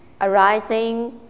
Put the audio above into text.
arising